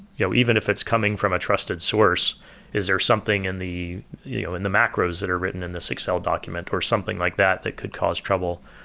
you know even if it's coming from a trusted source is there something in the you know in the macros that are written in this excel document or something like that that could cause trouble.